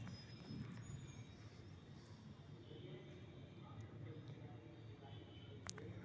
internet banking में आसानी से आनलाइन माध्यम से रजिस्टर कइल जा सका हई